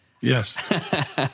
Yes